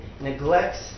neglects